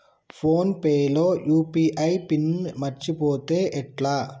Phone pay లో UPI PIN మరచిపోతే ఎట్లా?